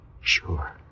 Sure